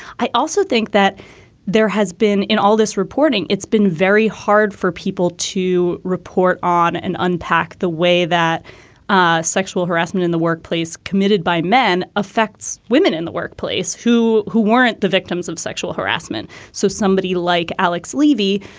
i also think that there has been in all this reporting, it's been very hard for people to report on and unpack the way that ah sexual harassment in the workplace committed by men affects women in the workplace who who weren't the victims of sexual harassment. so somebody like alex leavey,